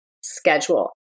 schedule